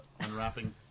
unwrapping